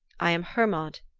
i am hermod,